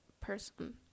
person